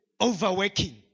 overworking